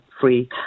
free